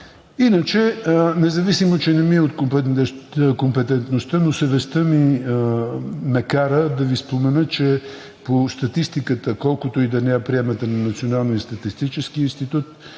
Иначе независимо че не ми е от компетентността, но съвестта ме кара да Ви спомена, че по статистиката на Националния статистически институт,